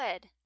good